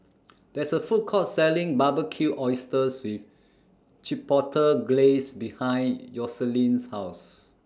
There IS A Food Court Selling Barbecued Oysters with Chipotle Glaze behind Yoselin's House